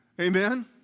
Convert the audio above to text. Amen